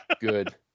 Good